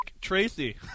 Tracy